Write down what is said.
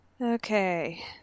Okay